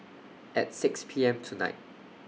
At six P M tonight